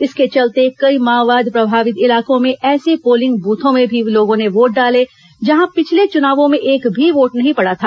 इसके चलते कई माओवाद प्रभावित इलाको में ऐसे पोलिंग बूथों में भी लोगों ने वोट डाले जहां पिछले चुनावों में एक भी वोट नहीं पड़ा था